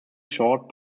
short